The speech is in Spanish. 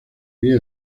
vía